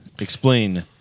explain